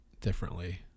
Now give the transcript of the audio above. differently